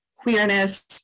Queerness